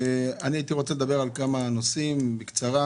הייתי רוצה לדבר על כמה נושאים בקצרה.